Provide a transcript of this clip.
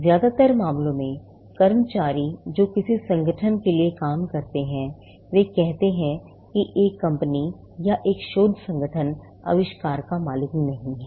ज्यादातर मामलों में कर्मचारी जो किसी संगठन के लिए काम करते हैं वे कहते हैं कि एक कंपनी या एक शोध संगठन आविष्कार का मालिक नहीं है